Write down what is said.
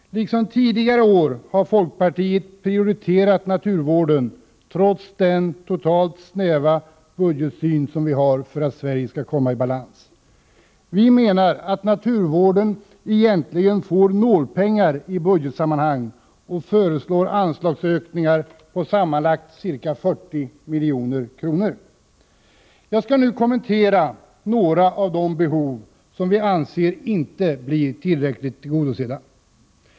Liksom tidigare år har folkpartiet prioriterat naturvården, trots den totalt snäva budgetsyn som vi har för att Sverige skall komma i balans. Vi menar att naturvården egentligen får nålpengar i budgetsammanhang och föreslår anslagsökningar på sammanlagt ca 40 milj.kr. Jag skall nu kommentera några av de behov som vi anser inte blir tillräckligt tillgodosedda.